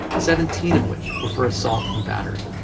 seventeen of which were for assault and battery.